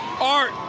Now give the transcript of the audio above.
Art